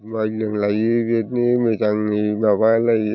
जुमाय जोंलाइयो बेबायदिनो मोजाङै माबालायो